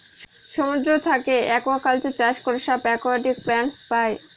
সমুদ্র থাকে একুয়াকালচার চাষ করে সব একুয়াটিক প্লান্টস পাই